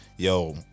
Yo